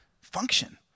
function